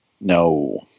No